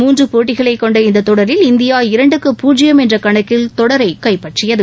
மூன்றபோட்டிகளைக் கொண்ட இந்ததொடரில் இந்தியா இரண்டுக்குட பூஜ்ஜியம் என்றகணக்கில் தொடரைகைப்பற்றியது